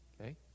Okay